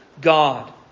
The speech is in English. God